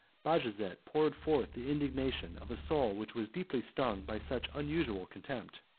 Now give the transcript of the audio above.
bajazet poured forth the indignation of a soul which was deeply stung by such unusual contempt.